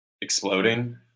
exploding